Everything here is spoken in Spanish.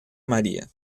maría